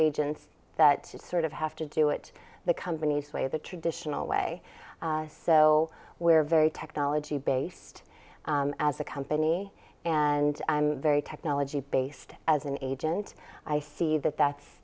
agents that would sort of have to do it the company's way the traditional way so we're very technology based as a company and i'm very technology based as an agent i see that that's